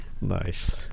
Nice